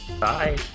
Bye